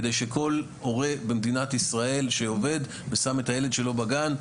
כדי שכל הורה במדינת ישראל שעובד ושם את הילד שלו בגן,